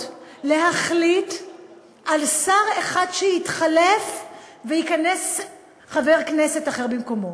להחליט על שר אחד שיתחלף וייכנס חבר כנסת אחר במקומו.